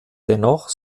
dennoch